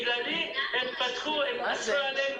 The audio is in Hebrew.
להיות פתוחים, כמו חנויות אופטיקה.